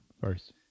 first